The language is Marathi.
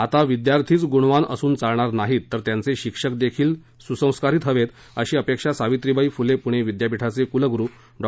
आता विद्यार्थीच गुणवान असून चालणार नाहीततर त्यांचे शिक्षकदेखील सुसंस्कारित हवेत अशी अपेक्षा सावित्रीबाई फुले पुणे विद्यापीठाचे कुलगुरु डॉ